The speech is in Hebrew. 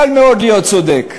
קל מאוד להיות צודק,